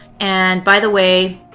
and by the way,